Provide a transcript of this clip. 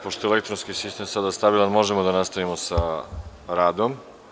Pošto je elektronski sistem sada stabilan, možemo da nastavimo sa radom.